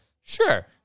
Sure